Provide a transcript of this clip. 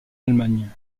allemagne